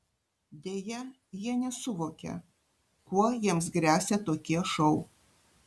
deja jie nesuvokia kuo jiems gresia tokie šou